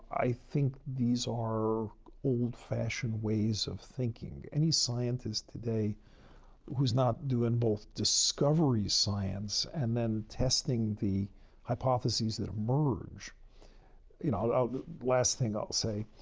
i think these are old-fashioned ways of thinking. any scientist today who's not doing both discovery science and then testing the hypotheses that emerge you know, the last thing i'll say.